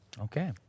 Okay